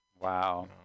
Wow